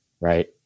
Right